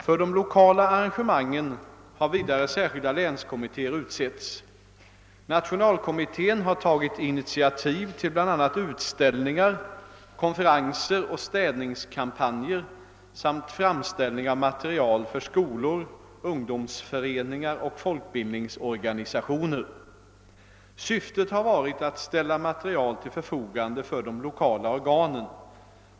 För de lokala arrangemangen har vidare särskilda länskommittéer = utsetts. Nationalkommittén har tagit initiativ till bl.a. utställningar, konferenser och städningskampanjer samt fram ställning av material för skolor, ungdomsföreningar och folkbildningsorganisationer. Syftet har varit att ställa material till förfogande för de lokala organen.